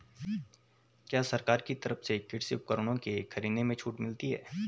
क्या सरकार की तरफ से कृषि उपकरणों के खरीदने में छूट मिलती है?